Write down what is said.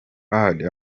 paddy